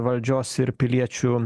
valdžios ir piliečių